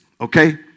Okay